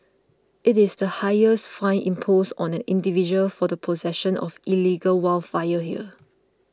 it is the highest fine imposed on an individual for the possession of illegal wildfire here